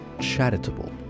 charitable